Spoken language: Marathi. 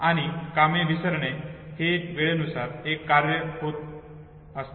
आणि कामे विसरणे हे वेळेनुसार एक कार्य होत असते